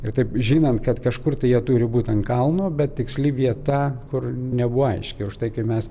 ir taip žinant kad kažkur tai jie turi būt ant kalno bet tiksli vieta kur nebuvo aiški už tai kai mes